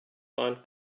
find